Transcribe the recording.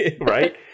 Right